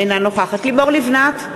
אינה נוכחת לימור לבנת,